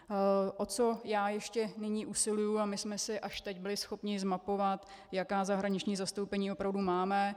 O co já ještě nyní usiluji, a my jsme si až teď byli schopni zmapovat, jaká zahraniční zastoupení opravdu máme.